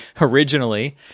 originally